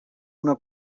una